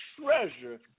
treasure